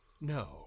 No